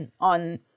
on